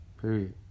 Period